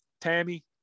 Tammy